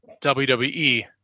WWE